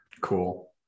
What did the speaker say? Cool